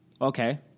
Okay